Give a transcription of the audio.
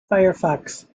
firefox